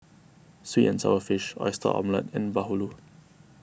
Sweet and Sour Fish Oyster Omelette and Bahulu